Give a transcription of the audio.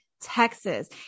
Texas